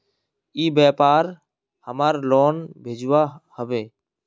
ई व्यापार हमार लोन भेजुआ हभे?